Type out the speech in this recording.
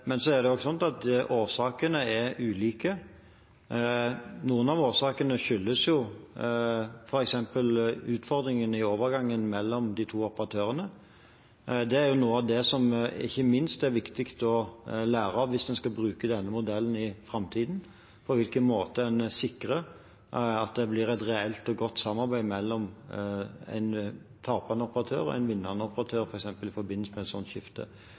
ulike. Noe skyldes f.eks. utfordringene i overgangen mellom de to operatørene. Det er noe av det som det ikke minst er viktig å lære av, hvis man skal bruke denne modellen i framtiden: på hvilken måte man sikrer at det blir et reelt og godt samarbeid mellom en tapende operatør og en vinnende operatør, f.eks. i forbindelse med et slikt skifte.